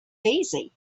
easy